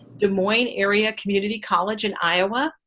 des moines area community college in iowa,